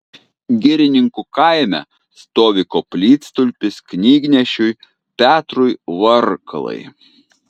girininkų kaime stovi koplytstulpis knygnešiui petrui varkalai